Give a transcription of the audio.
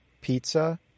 pizza